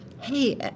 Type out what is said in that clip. hey